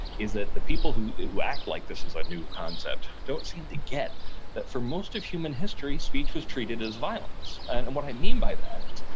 is that the people who who act like this is a new concept don't seem to get that for most of human history, speech was treated as violence and and what i mean by that is,